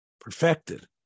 perfected